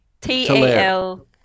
T-A-L